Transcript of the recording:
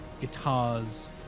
guitars